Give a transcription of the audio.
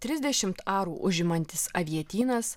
trisdešimt arų užimantis avietynas